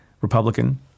Republican